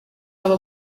aba